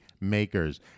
makers